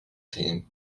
team